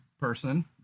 person